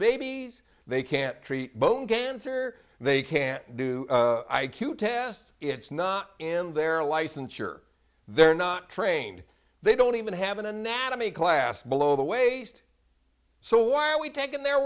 babies they can't treat bone cancer they can't do tasks it's not in their licensure they're not trained they don't even have an anatomy class below the waist so why are we taking their